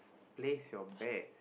place your bets